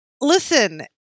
Listen